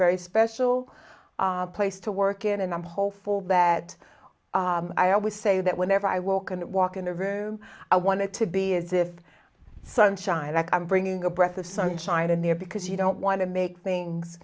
very special place to work in and i'm hopeful that i always say that whenever i walk and walk in a very i wanted to be is if sunshine like i'm bringing a breath of sunshine in there because you don't want to make things